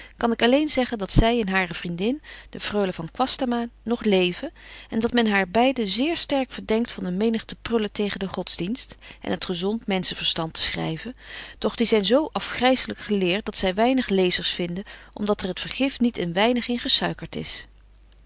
kan ik alleen zeggen dat zy en hare vriendin de freule van kwastama nog leven en dat men haar beide zeer sterk verdenkt van een menigte prullen tegen den godsdienst en het gezont menschen verstand te schryven doch die zyn zo afgryzelyk geleert dat zy weinig lezers vinden om dat er het vergif niet een weinig in gesuikert is